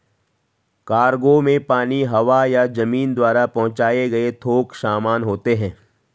cargo में पानी, हवा या जमीन द्वारा पहुंचाए गए थोक सामान होते हैं